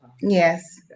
Yes